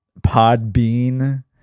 Podbean